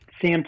Sam